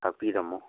ꯈꯥꯛꯄꯤꯔꯝꯃꯣ